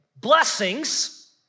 blessings